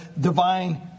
divine